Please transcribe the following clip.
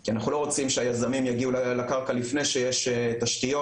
כי אנחנו לא רוצים שהיזמים יגיעו לקרקע לפני שיש תשתיות,